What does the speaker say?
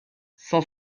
cent